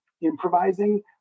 improvising